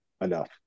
enough